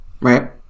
right